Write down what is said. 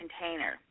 container